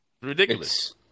ridiculous